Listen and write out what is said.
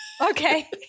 Okay